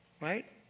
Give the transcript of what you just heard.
right